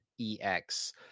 EX